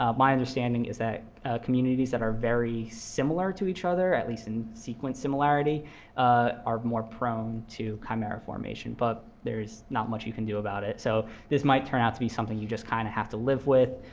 ah my understanding is that communities that are very similar to each other at least in sequence similarity are more prone to chimera formation. but there is not much you can do about it, so this might turn out to be something you just kind of have to live with.